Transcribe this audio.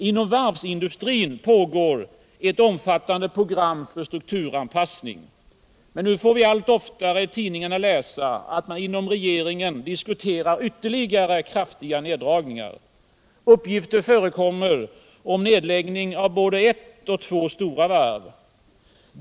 Inom varvsindustrin pågår ett omfattande program för strukturanpassning. Men nu får vi allt oftare i tidningarna läsa att man inom regeringen diskuterar ytterligare kraftiga neddragningar. Uppgifter förekommer om nedläggning av både ett och två stora varv.